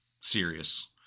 serious